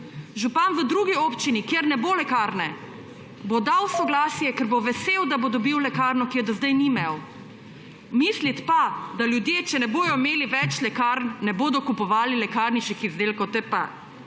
Župan v drugi občini, kjer ne bo lekarne, bo dal soglasje, ker bo vesel, da bo dobil lekarno, ki je do zdaj ni imel. Misliti, da ljudje, če ne bodo imeli več lekarn, ne bodo kupovali lekarniških izdelkov, je pa